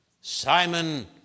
Simon